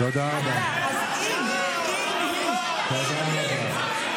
אז אם היא, גם שלנו, גם שלנו.